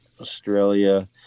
Australia